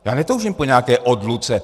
Já netoužím po nějaké odluce.